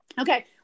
Okay